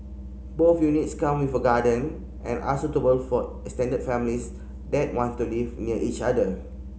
both units come with a garden and are suitable for extended families that want to live near each other